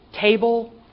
Table